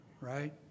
right